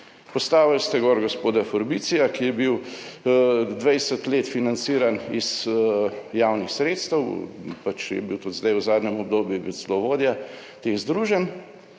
postavili ste gor gospoda Forbicija, ki je bil 20 let financiran iz javnih sredstev, pač je bil tudi zdaj v zadnjem obdobju je bil celo vodja teh združenj